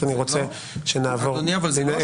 תוכל להתייחס.